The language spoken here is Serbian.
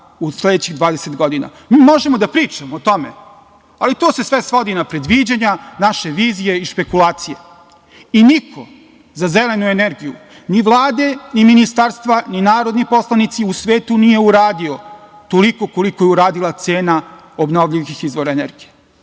u sledećih dvadeset godina. Mi možemo da pričamo o tome, ali to se sve svodi na predviđanja, naše vizije, špekulacije. Niko za zelenu energiju, ni vlade, ni ministarstva, ni narodni poslanici u svetu nije uradio toliko koliko je uradila cena obnovljivih izbora energije.